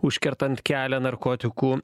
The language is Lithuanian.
užkertant kelią narkotikų